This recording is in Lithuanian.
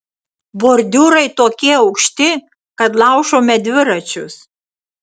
bordiūrai tokie aukšti kad laužome dviračius